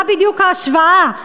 מה בדיוק ההשוואה?